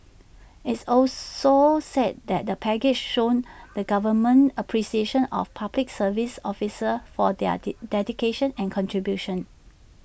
its also said the package shows the government's appreciation of Public Service officers for their D dedication and contribution